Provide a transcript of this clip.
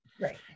Right